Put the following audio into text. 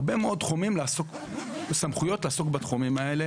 הרבה מאוד סמכויות לעסוק בתחומים האלה